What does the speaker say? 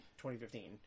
2015